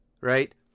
Right